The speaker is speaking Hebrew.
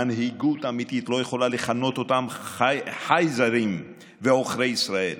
מנהיגות אמיתית לא יכולה לכנות אותם חייזרים ועוכרי ישראל,